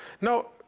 now,